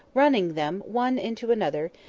running them one into another,